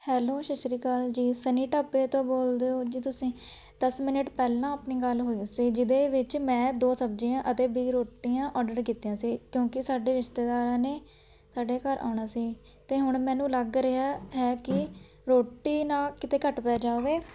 hello ਸਤਿ ਸ਼੍ਰੀ ਅਕਾਲ ਜੀ ਸਨੀ ਢਾਬੇ ਤੋਂ ਬੋਲਦੇ ਹੋ ਜੀ ਤੁਸੀਂ ਦਸ ਮਿਨਟ ਪਹਿਲਾਂ ਆਪਣੀ ਗੱਲ ਹੋਈ ਸੀ ਜਿਹਦੇ ਵਿੱਚ ਮੈਂ ਦੋ ਸਬਜ਼ੀਆਂ ਅਤੇ ਵੀਹ ਰੋਟੀਆਂ ਔਡਰ ਕੀਤੀਆਂ ਸੀ ਕਿਉਂਕਿ ਸਾਡੇ ਰਿਸ਼ਤੇਦਾਰਾਂ ਨੇ ਸਾਡੇ ਘਰ ਆਉਣਾ ਸੀ ਅਤੇ ਹੁਣ ਮੈਨੂੰ ਲੱਗ ਰਿਹਾ ਹੈ ਕਿ ਰੋਟੀ ਨਾ ਕਿਤੇ ਘੱਟ ਪੈ ਜਾਵੇ